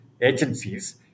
agencies